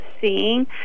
seeing